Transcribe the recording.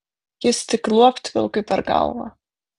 jis tik luopt vilkui per galvą